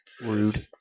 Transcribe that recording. Rude